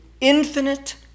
infinite